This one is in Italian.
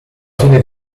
fine